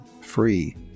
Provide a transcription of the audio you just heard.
free